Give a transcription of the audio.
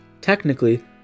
Technically